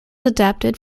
adapted